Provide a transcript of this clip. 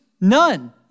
none